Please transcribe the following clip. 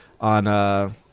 on